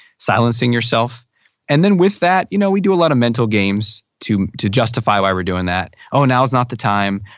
silencing yourself and then with that you know we do a lot of mental games to to justify why we're doing that. oh, now is not the time.